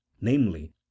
namely